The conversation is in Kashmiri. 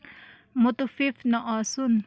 مُتفِف نہٕ آسُن